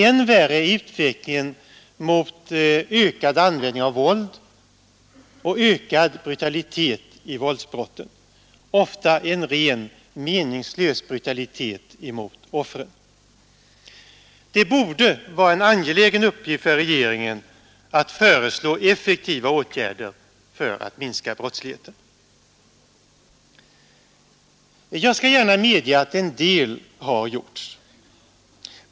Än värre är utvecklingen mot ökad användning av våld och ökad brutalitet i våldsbrotten — ofta en rent meningslös brutalitet mot offren. Det borde vara en angelägen uppgift för regeringen att föreslå effektiva åtgärder för att minska brottsligheten. Jag skall gärna medge att en del har gjorts.